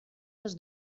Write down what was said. les